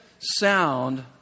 sound